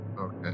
okay